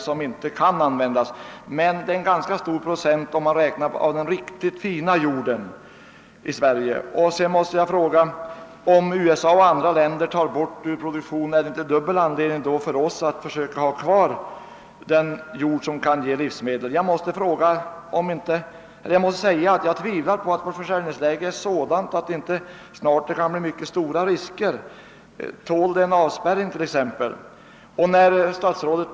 Det gäller emellertid en ganska stor procent av den riktigt fina jorden i Sverige. mot bakgrunden av att USA och andra stater tar bort jord ur produktionen är dubbel anledning för oss att försöka behålla den jord på vilken vi kan producera livsmedel. Jag tvivlar på att vårt försörjningsläge inte är sådant att det snart kan bli stora risker för livsmedelsförsörjningen. Tål det t.ex. en avspärrning från andra länder?